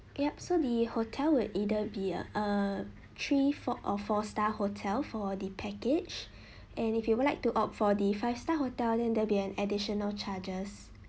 yup so the hotel would either be a uh three four or four star hotel for the package and if you would like to opt for the five star hotel then there'll be an additional charges